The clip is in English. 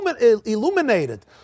illuminated